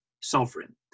sovereign